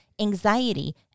anxiety